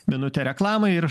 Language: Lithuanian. minutė reklamai ir